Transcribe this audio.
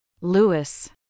Lewis